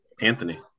Anthony